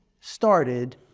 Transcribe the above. started